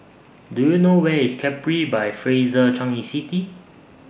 Do YOU know Where IS Capri By Fraser Changi City